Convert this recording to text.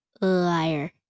liar